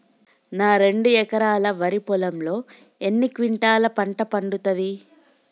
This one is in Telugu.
నా రెండు ఎకరాల వరి పొలంలో ఎన్ని క్వింటాలా పంట పండుతది?